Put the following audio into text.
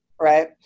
right